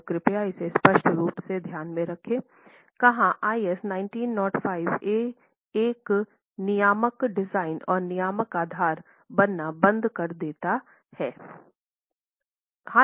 तो कृपया इसे स्पष्ट रूप से ध्यान में रखें कहां आईएस 1905 एक नियामक डिजाइन और नियामक आधार बनना बंद कर देता है